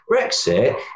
Brexit